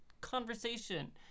conversation